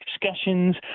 discussions